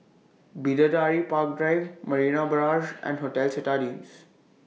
Bidadari Park Drive Marina Barrage and Hotel Citadines